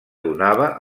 donava